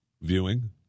viewing